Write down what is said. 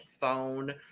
phone